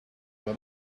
that